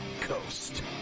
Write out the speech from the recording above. coast